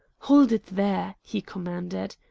hold it there! he commanded.